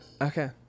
Okay